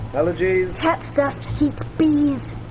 allergies? cats. dust. wheat. bees.